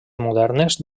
modernes